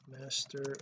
master